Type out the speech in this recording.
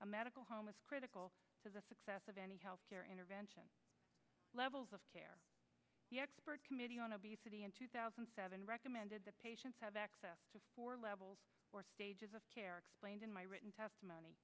a medical home is critical to the success of any health care intervention levels of care the expert committee on obesity in two thousand and seven recommended that patients have access to four levels or stages of care or explained in my written testimony